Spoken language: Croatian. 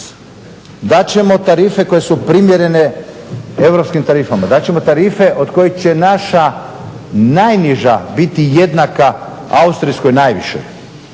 ćemo tarife koje su primjerene europskim tarifama, dat ćemo tarife od kojih će naša najniža biti jednaka austrijskog najvišoj